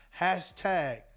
hashtag